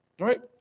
Right